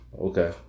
Okay